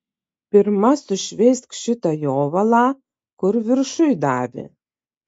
pirma sušveisk šitą jovalą kur viršuj davė